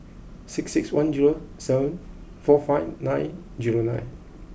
six six one zero seven four five nine zero nine